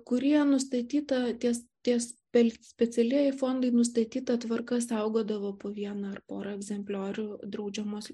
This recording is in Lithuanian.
kurie nustatyta ties ties spe specialieji fondai nustatyta tvarka saugodavo po vieną ar porą egzempliorių draudžiamos